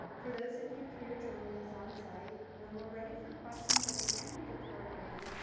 for those of you here joining us on-site, when we're ready for questions at the end of the program,